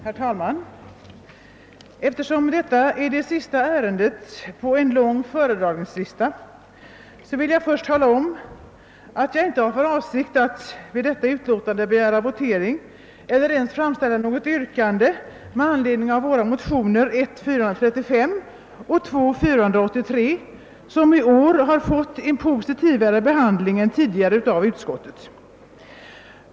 Herr talman! Eftersom detta är det sista ärendet på en lång föredragningslista vill jag först tala om att jag inte har för avsikt att begära votering eller ens framställa något yrkande med anledning av våra motioner 1I1:435 och II: 483, som i år har fått en mera positiv behandling än tidigare av utskottet.